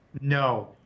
No